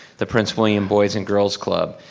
the prince william boys and girls club.